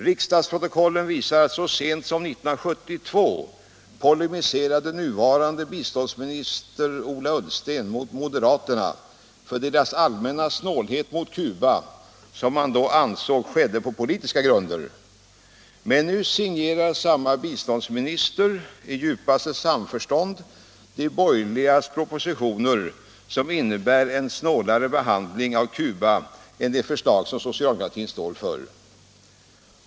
Riksdagsprotokollen visar att så sent som 1972 polemiserade nuvarande biståndsministern Ola Ullsten mot moderaterna för deras allmänna snålhet mot Cuba — som han då ansåg vilade på politiska grunder. Men nu signerar samme biståndsminister i djupaste samförstånd de borgerligas propositioner, som innebär en betydligt snålare behandling av Cuba än det förslag som socialdemokratin står för.